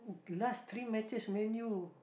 last three matches menu